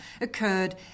occurred